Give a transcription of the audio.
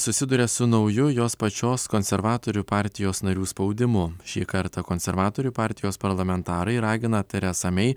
susiduria su nauju jos pačios konservatorių partijos narių spaudimu šį kartą konservatorių partijos parlamentarai ragina teresą mei